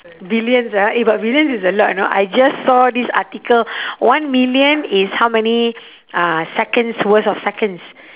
billions ah eh but billions is a lot you know I just saw this article one million is how many uh seconds worth of seconds